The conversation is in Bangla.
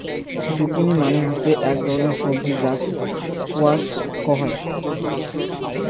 জুকিনি মানে হসে আক ধরণের সবজি যাকে স্কোয়াশ কহু